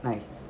nice